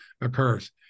occurs